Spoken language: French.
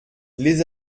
les